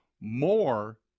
more